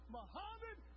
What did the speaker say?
Muhammad